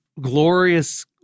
glorious